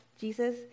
Jesus